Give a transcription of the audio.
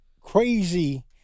crazy